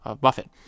Buffett